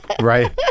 Right